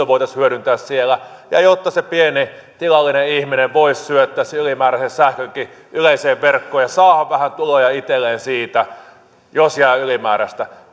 voitaisiin hyödyntää siellä ja jotta se pientilallinen ihminen voisi syöttää sen ylimääräisen sähkönkin yleiseen verkkoon ja saada vähän tuloja itselleen siitä jos jää ylimääräistä